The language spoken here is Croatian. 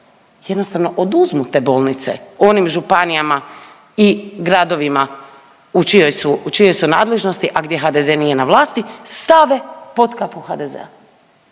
jednostavno oduzmu te bolnice onim županijama i gradovima u čijoj su, u čijoj su nadležnosti a gdje HDZ nije na vlasti stave pod kapu HDZ-a.